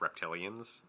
reptilians